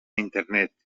internet